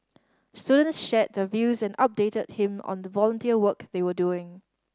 students shared the views and updated him on the volunteer work they were doing